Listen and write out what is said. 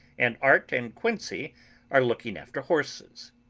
and art and quincey are looking after horses.